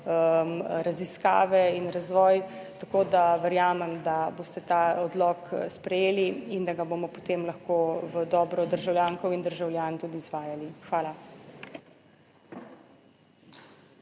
raziskave in razvoj, tako da verjamem, da boste ta odlok sprejeli in da ga bomo potem lahko v dobro državljank in državljanov tudi izvajali. Hvala.